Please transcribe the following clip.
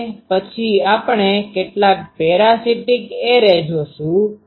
અને પછી આપણે કેટલાક પેરાસીટીક એરેparasitic arrayપરોપજીવી એરે જોશું